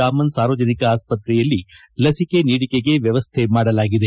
ರಾಮನ್ ಸಾರ್ವಜನಿಕ ಆಸ್ಪತ್ರೆಯಲ್ಲಿ ಲಸಿಕೆಗೆ ವ್ಯವಸ್ಥೆ ಮಾಡಲಾಗಿದೆ